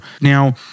Now